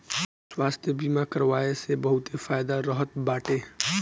स्वास्थ्य बीमा करवाए से बहुते फायदा रहत बाटे